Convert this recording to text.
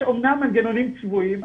יש אמנם מנגנונים צבועים,